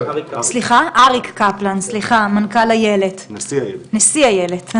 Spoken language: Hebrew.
נשיא איילת.